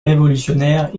révolutionnaire